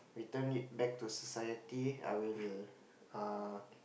return it back to society I will uh